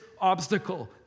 obstacle